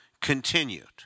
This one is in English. continued